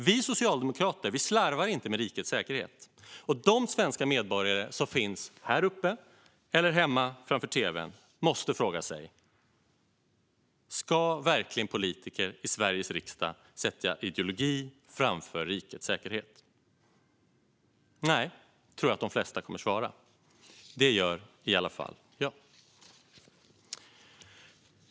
Vi socialdemokrater slarvar inte med rikets säkerhet. De svenska medborgare som finns här uppe på läktaren eller hemma framför tv:n måste fråga sig: Ska verkligen politiker i Sveriges riksdag sätta ideologi framför rikets säkerhet? Nej, tror jag att de flesta kommer att svara. Det gör i alla fall jag.